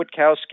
Witkowski